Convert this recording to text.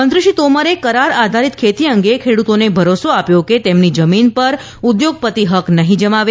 મંત્રી શ્રી તોમરે કરાર આધારીત ખેતી અંગે ખેડૂતોને ભરોસો આપ્યો કે તેમની જમીન પર ઉધોગપતિ હક નહી જમાવે